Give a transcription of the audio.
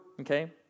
okay